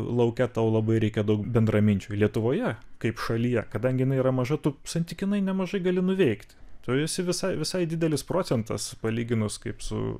lauke tau labai reikia daug bendraminčių lietuvoje kaip šalyje kadangi jinai yra maža tu santykinai nemažai gali nuveikti tu esi visai visai didelis procentas palyginus kaip su